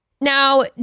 now